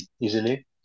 easily